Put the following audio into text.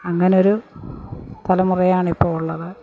അങ്ങനെയൊരു തലമുറയാണ് ഇപ്പോള് ഉള്ളത്